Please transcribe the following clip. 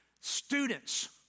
students